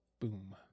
Boom